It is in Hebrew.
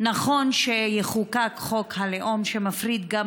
נכון שיחוקק חוק הלאום, שמפריד גם